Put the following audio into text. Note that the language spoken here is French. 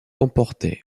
comportait